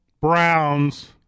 Browns